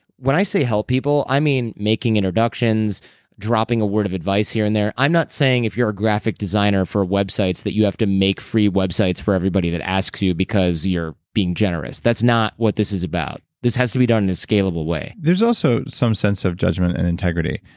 when i say help people, i mean making introductions dropping a word of advice here and there. i'm not saying if your a graphic designer for websites, that you have to make free websites for everybody that asks you because you're being generous. that's not what this is about. this has to be done in a scalable way there's also some sense of judgment and integrity.